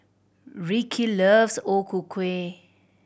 Ricky loves O Ku Kueh